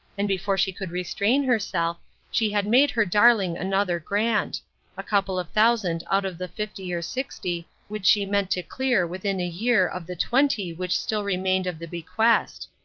and before she could restrain herself she had made her darling another grant a couple of thousand out of the fifty or sixty which she meant to clear within a year of the twenty which still remained of the bequest.